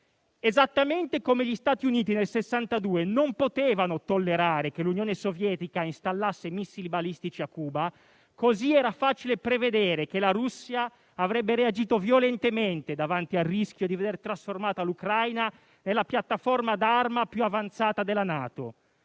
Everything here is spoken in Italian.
Esattamente come gli Stati Uniti nel 1962 non potevano tollerare che l'Unione Sovietica installasse missili balistici a Cuba, così era facile prevedere che la Russia avrebbe reagito violentemente davanti al rischio di veder trasformata l'Ucraina nella piattaforma d'arma più avanzata della NATO.